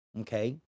okay